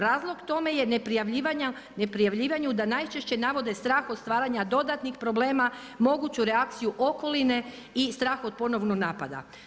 Razlog tome je neprijavljivanju da najčešće navode strah od stvaranja dodatnih problema, moguću reakciju okoline i strah od ponovnog napada.